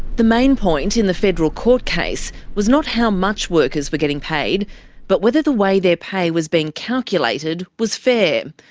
the main point in the federal court case was not how much workers were getting paid but whether the way their pay was being calculated was fair.